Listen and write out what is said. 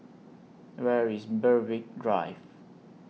Where IS Berwick Drive